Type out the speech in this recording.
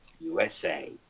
USA